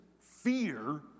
fear